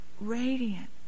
radiant